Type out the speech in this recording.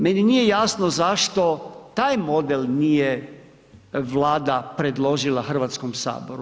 Meni nije jasno zašto taj model nije Vlada predložila Hrvatskom saboru.